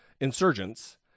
insurgents